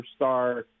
superstar